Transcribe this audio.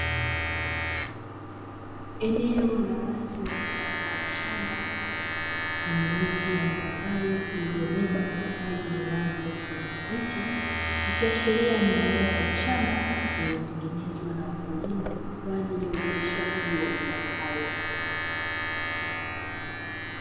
Eneo la wazi mfano wa shamba lenye miti ya mipapai iliyobeba mipapai yenye rangi ya kijani kibichi, ikiashiria ni eneo la shamba lililotengenezwa na wakulima kwa ajili ya uzalishaji wa mazao hayo.